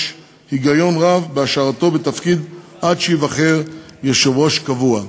יש היגיון רב בהשארתו בתפקיד עד שייבחר יושב-ראש קבוע.